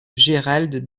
gérald